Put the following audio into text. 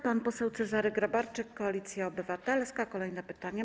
Pan poseł Cezary Grabarczyk, Koalicja Obywatelska, zada kolejne pytanie.